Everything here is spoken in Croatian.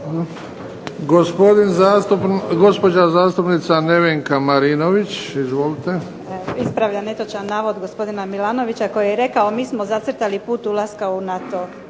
Gospođa zastupnica Nevenka Marinović. Izvolite. **Marinović, Nevenka (HDZ)** Ispravljam netočan navod gospodina Milanovića koji je rekao mi smo zacrtali put ulaska u NATO.